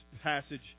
passage